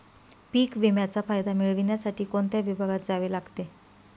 पीक विम्याचा फायदा मिळविण्यासाठी कोणत्या विभागात जावे लागते?